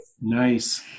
Nice